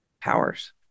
Powers